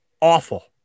awful